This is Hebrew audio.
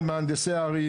על מהנדסי הערים,